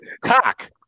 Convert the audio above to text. cock